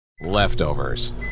Leftovers